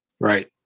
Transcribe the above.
right